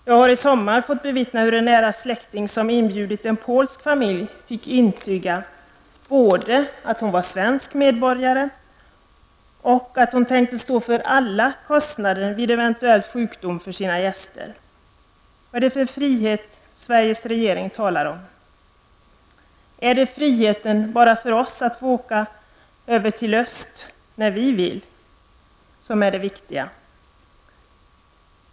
Jag kunde i somras bevittna hur en nära kvinnlig släkting, som hade inbjudit en polsk familj, fick intyga både att hon var svensk medborgare och att hon tänkte stå för alla kostnader vid eventuell sjukdom när det gällde gästerna. Vad är det för frihet Sveriges regering talar om? Är det bara friheten för oss att åka till öststaterna när vi vill som är viktig?